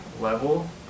level